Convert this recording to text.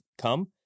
come